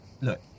look